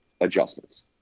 adjustments